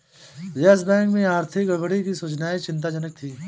yes Bank में आर्थिक गड़बड़ी की सूचनाएं चिंताजनक थी